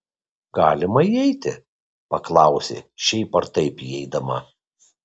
galima įeiti paklausė šiaip ar taip įeidama